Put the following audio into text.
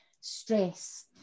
stress